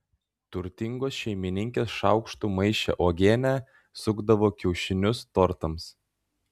turtingos šeimininkės šaukštu maišė uogienę sukdavo kiaušinius tortams